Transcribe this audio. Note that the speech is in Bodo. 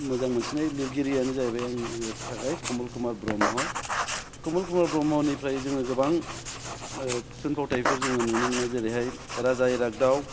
मोजां मोनसिननाय लिरगिरियानो जाहैबाय आंनि थाखाय कमल कुमार ब्रम्ह कमल कुमार ब्रम्हनिफ्राय जोङो गोबां थुनफावथायफोर जोङो नुनो मोनो जेरैहाय राजा इराग्दाव